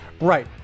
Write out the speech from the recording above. Right